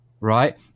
right